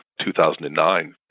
2009